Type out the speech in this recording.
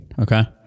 okay